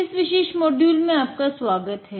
इस विशेष मोड्यूल में आपका स्वागत है